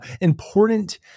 important